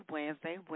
Wednesday